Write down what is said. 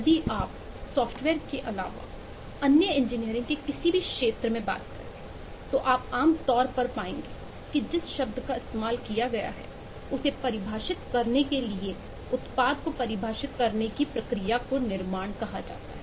यदि आप सॉफ्टवेयर के अलावा अन्य इंजीनियरिंग के किसी भी क्षेत्र में बताओ तो आप आमतौर पर पाएंगे कि जिस शब्द का इस्तेमाल किया गया है उसे परिभाषित करने के लिए उत्पाद को परिभाषित करने की प्रक्रिया को निर्माण कहा जाता है